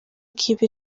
kipe